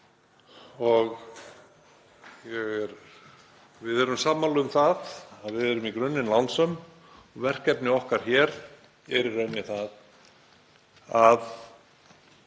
Við erum sammála um það að við erum í grunninn lánsöm. Verkefni okkar hér er í raun það að